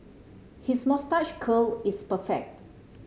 his moustache curl is perfect